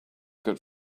good